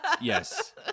Yes